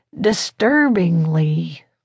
disturbingly